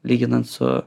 lyginant su